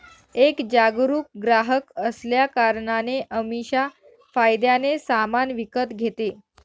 एक जागरूक ग्राहक असल्या कारणाने अमीषा फायद्याने सामान विकत घेते